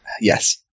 Yes